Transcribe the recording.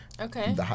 Okay